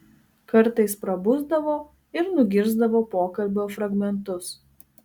kartais prabusdavo ir nugirsdavo pokalbio fragmentus